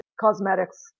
cosmetics